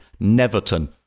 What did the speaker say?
Neverton